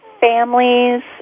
families